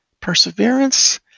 perseverance